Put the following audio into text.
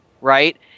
right